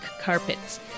carpets